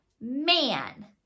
man